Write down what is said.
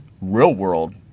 real-world